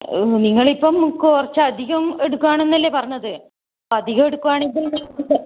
നിങ്ങൾ ഇപ്പം കുറച്ച് അധികം എടുക്കുകയാണെന്നല്ലേ പറഞ്ഞത് അധികം എടുക്കുകയാണെങ്കിൽ